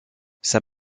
ses